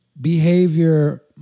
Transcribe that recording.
behavior